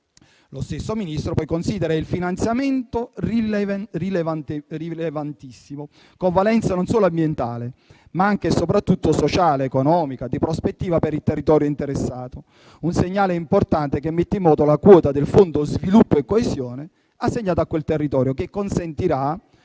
Lo stesso Ministro poi considera il finanziamento rilevantissimo, con valenza non solo ambientale, ma anche e soprattutto sociale, economica e di prospettiva per il territorio interessato: è un segnale importante, che mette in moto la quota del Fondo sviluppo e coesione assegnata a quel territorio, che consentirà